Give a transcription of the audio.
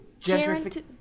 Gentrification